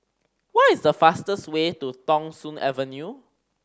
what is the fastest way to Thong Soon Avenue